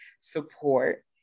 support